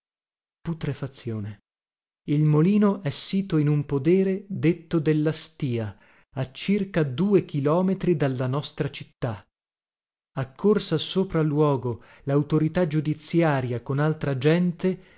putrefazione il molino è sito in un podere detto della stìa a circa due chilometri dalla nostra città accorsa sopra luogo lautorità giudiziaria con altra gente